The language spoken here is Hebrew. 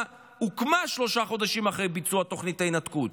הוקמה שלושה חודשים אחרי ביצוע תוכנית ההתנתקות.